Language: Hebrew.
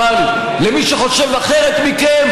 מי שחושב אחרת מכם,